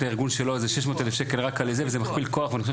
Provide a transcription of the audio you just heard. הארגון שלו זה 600 אלף שקל רק על זה וזה מכפיל כוח ואני חושב